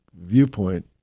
viewpoint